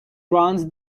runs